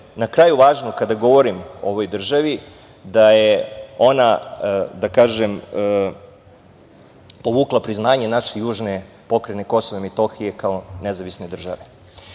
na kraju važno, kada govorim o ovoj državi, da je ona povukla priznanje naše južne pokrajine Kosova i Metohije kao nezavisne države. Kada